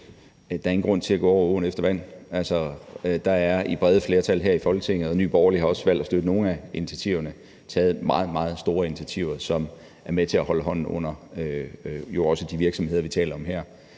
ikke er nogen grund til at gå over åen efter vand. Altså, der er i brede flertal her i Folketinget – og Nye Borgerlige har også valgt at støtte nogle af initiativerne – taget meget, meget store initiativer, som jo også er med til at holde hånden under de virksomheder, vi taler om her.